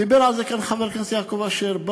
דיבר על זה כאן חבר הכנסת יעקב אשר,